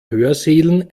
hörsälen